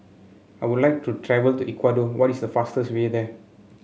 I would like to travel to Ecuador what is the fastest way there